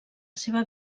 seva